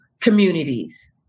communities